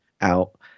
out